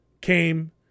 came